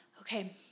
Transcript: Okay